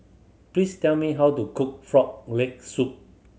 please tell me how to cook Frog Leg Soup